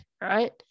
right